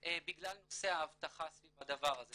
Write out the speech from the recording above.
בגלל נושא האבטחה סביב הדבר הזה-